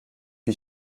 wie